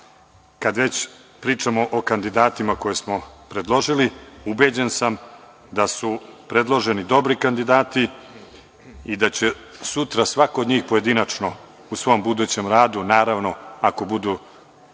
kad već pričamo o kandidatima koje smo predložili, ubeđen sam da su predloženi dobri kandidati i da će sutra svako od njih pojedinačno, u svom budućem radu, naravno, ako budu